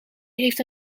heeft